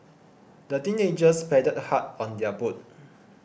the teenagers paddled hard on their boat